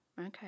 Okay